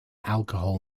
alcohol